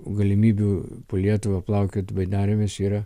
galimybių po lietuvą plaukiot baidarėmis yra